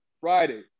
Friday